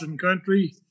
country